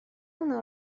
اونها